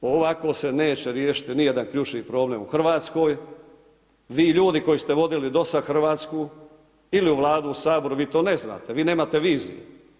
Ovako se neće riješiti ni jedan ključni problem u RH, vi ljudi koji ste vodili do sad Hrvatsku ili u Vladi ili u Saboru, vi to ne znate, vi nemate viziju.